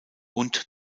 und